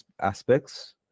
aspects